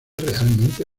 realmente